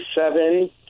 seven